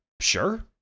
sure